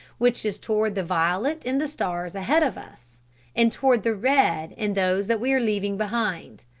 which is toward the violet in the stars ahead of us and toward the red in those that we are leaving behind.